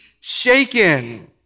shaken